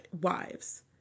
Wives